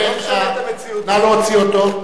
נא להוציא אותו.